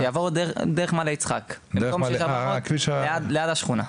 שהאוטובוס יעבור דרך מעלה יצחק ליד השכונה.